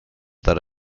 that